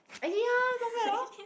!aiya! not bad oh